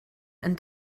and